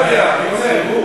לא יודע, אני אומר.